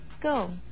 go